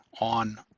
on